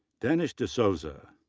danish dsouza,